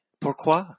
Pourquoi